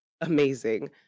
amazing